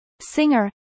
Singer